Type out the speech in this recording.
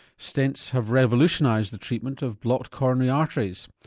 stents have revolutionised the treatment of blocked coronary arteries.